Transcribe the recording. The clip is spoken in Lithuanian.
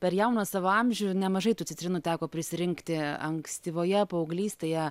per jauną savo amžių nemažai tų citrinų teko prisirinkti ankstyvoje paauglystėje